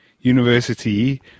university